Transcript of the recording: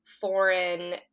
foreign